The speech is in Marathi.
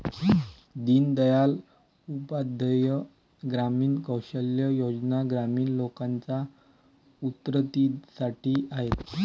दीन दयाल उपाध्याय ग्रामीण कौशल्या योजना ग्रामीण लोकांच्या उन्नतीसाठी आहेत